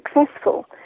successful